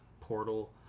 portal